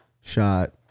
Shot